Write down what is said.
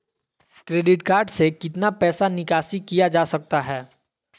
Credit card से कितना पैसा निकासी किया जा सकता है?